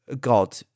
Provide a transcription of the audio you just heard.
God